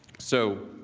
so,